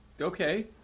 Okay